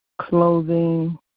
clothing